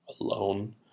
Alone